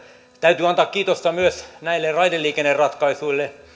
täytyy antaa kiitosta myös näille raideliikenneratkaisuille